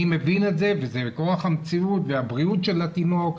אני מבין את זה וזה כורח המציאות והבריאות של התינוק,